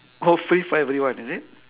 oh free for everyone is it